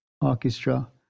Orchestra